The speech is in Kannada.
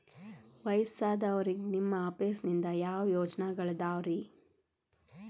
ವಯಸ್ಸಾದವರಿಗೆ ನಿಮ್ಮ ಆಫೇಸ್ ನಿಂದ ಯಾವ ಯೋಜನೆಗಳಿದಾವ್ರಿ?